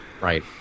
Right